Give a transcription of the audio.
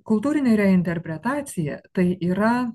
kultūrinė interpretacija tai yra